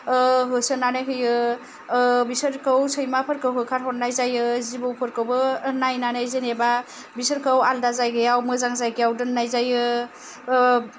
होसोनानै होयो बिसोरखौ सैमाफोरखौ होखारहरनाय जायो जिबौफोरखौबो नायनानै जेनेबा बिसोरखौ आलदा जायगायाव मोजां जायगायाव दोननाय जायो